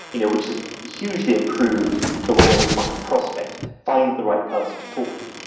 you know which has hugely improved the way in which one can prospect, find the right person to talk to,